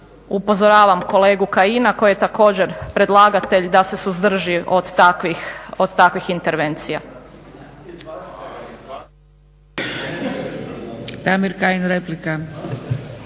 upozoravam kolegu Kajina koji je također predlagatelj da se suzdrži od takvih intervencija. **Kajin, Damir